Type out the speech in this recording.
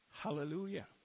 Hallelujah